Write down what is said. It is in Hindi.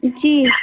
जी